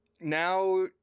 now